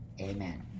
amen